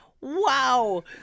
wow